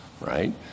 right